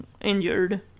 injured